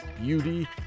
Beauty